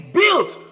built